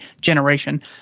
generation